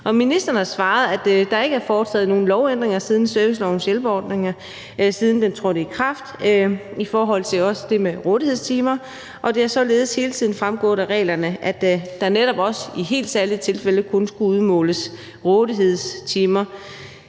Ministeren har svaret, at der ikke er foretaget nogen lovændringer i servicelovens hjælperordning, siden den trådte i kraft, også i forhold til det med rådighedstimer, og at det således hele tiden er fremgået af reglerne, at der netop også kun i helt særlige tilfælde skulle udmåles rådighedstimer.